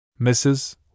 Mrs